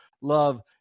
love